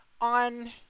on